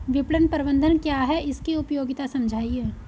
विपणन प्रबंधन क्या है इसकी उपयोगिता समझाइए?